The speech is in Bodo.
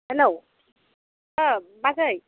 हेल' अ बाजै